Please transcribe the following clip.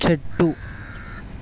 చెట్టు